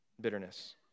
bitterness